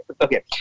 Okay